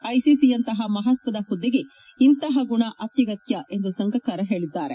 ಐಸಿಸಿಯಂತಪ ಮಪತ್ನದ ಹುದ್ಲೆಗೆ ಇಂತಪ ಗುಣ ಅತ್ನಗತ್ನ ಎಂದು ಸಂಗಕ್ಕಾರ ಹೇಳಿದ್ದಾರೆ